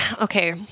Okay